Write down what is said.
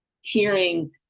hearing